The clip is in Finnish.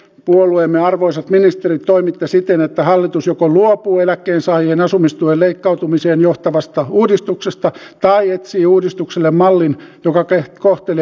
te puolueemme arvoisat ministerit toimitte siten että hallitus joko luopuu eläkkeensaajien asumistuen leikkautumiseen johtavasta uudistuksesta tai etsii uudistukselle mallin joka ei kohtele